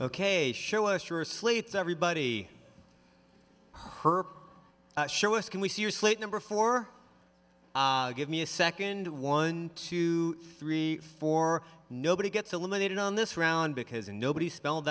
slates everybody her show us can we see your slate number four give me a second one two three four nobody gets eliminated on this round because nobody spell